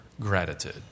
gratitude